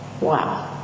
Wow